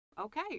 okay